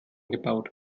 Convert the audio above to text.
gebaut